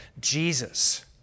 Jesus